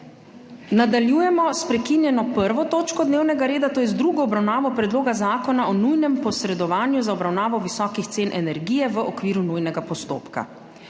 Nadaljujemo s prekinjeno 1. točko dnevnega reda, to je z drugo obravnavo Predloga zakona o nujnem posredovanju za obravnavo visokih cen energije v okviru nujnega postopka.